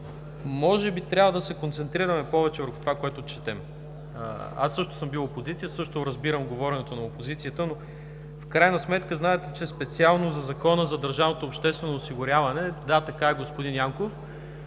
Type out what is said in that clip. може би трябва да се концентрираме повече върху това, което четем. Аз също съм бил опозиция, също разбирам говоренето на опозицията, но в крайна сметка знаете, че специално за Закона за държавното обществено осигуряване… (Реплика от народния